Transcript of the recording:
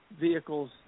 vehicles